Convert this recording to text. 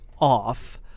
off